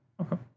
okay